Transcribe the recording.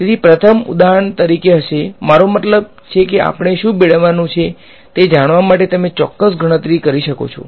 તેથી પ્રથમ ઉદાહરણ તરીકે હશે મારો મતલબ છે કે આપણે શું મેળવવાનું છે તે જાણવા માટે તમે ચોક્કસ ગણતરી કરી શકો છો